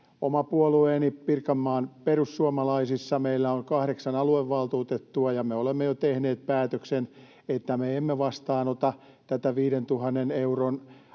Omassa puolueessani Pirkanmaan perussuomalaisissa meillä on kahdeksan aluevaltuutettua, ja me olemme jo tehneet päätöksen, että me emme vastaanota tätä 5 000 euron